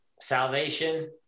salvation